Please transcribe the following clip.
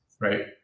right